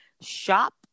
shop